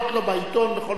בכל מקום שהוא ירצה.